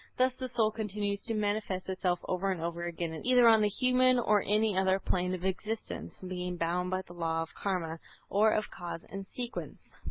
thus the soul continues to manifest itself over and over again and either on the human or any other plane of existence, being bound by the law of karma or of cause and sequence.